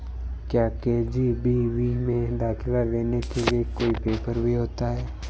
क्या के.जी.बी.वी में दाखिला लेने के लिए कोई पेपर भी होता है?